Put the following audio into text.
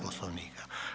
Poslovnika.